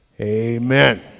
amen